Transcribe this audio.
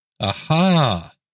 Aha